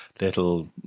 little